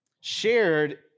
shared